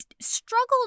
struggled